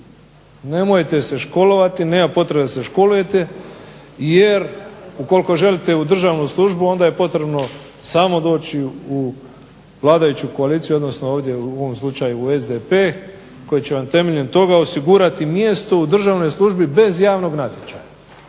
nemojte se školovati, nema potrebe da se školujete jer ukoliko želite u državnu službu onda je potrebno samo doći u vladajuću koaliciju, odnosno ovdje u ovom slučaju u SDP koji će vam temeljem toga osigurati mjesto u državnoj službi bez javnog natječaja.